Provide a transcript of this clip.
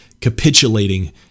capitulating